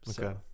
Okay